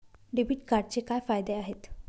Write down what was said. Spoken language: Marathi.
डेबिट कार्डचे काय फायदे आहेत?